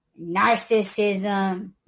Narcissism